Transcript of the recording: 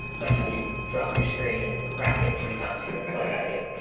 like if you drop your screen and crack it three times a year like i do.